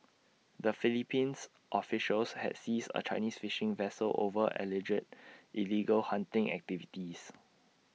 the Philippines officials had seized A Chinese fishing vessel over alleged illegal hunting activities